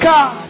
God